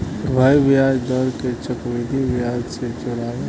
प्रभावी ब्याज दर के चक्रविधि ब्याज से जोराला